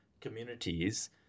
communities